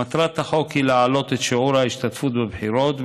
מטרת החוק היא להעלות את שיעור ההשתתפות בבחירות,